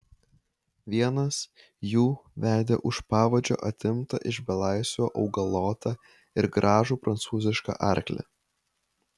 vienas jų vedė už pavadžio atimtą iš belaisvio augalotą ir gražų prancūzišką arklį